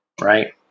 right